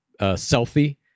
selfie